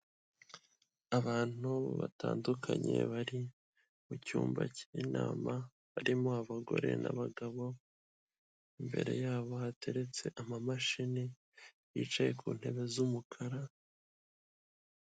Abantu batandukanye bari mu cyumba cy'inama, harimo abagore n'abagabo, imbere yabo hateretse amamashini, bicaye ku ntebe z'umukara.